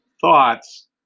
thoughts